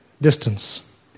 distance